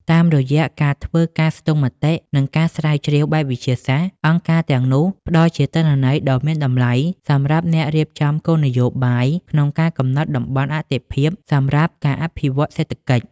តាមរយៈការធ្វើការស្ទង់មតិ និងការស្រាវជ្រាវបែបវិទ្យាសាស្ត្រ អង្គការទាំងនោះផ្ដល់ជាទិន្នន័យដ៏មានតម្លៃសម្រាប់អ្នករៀបចំគោលនយោបាយ ក្នុងការកំណត់តំបន់អាទិភាពសម្រាប់ការអភិវឌ្ឍសេដ្ឋកិច្ច។